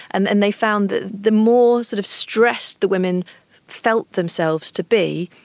and and they found the the more sort of stressed the women felt themselves to be,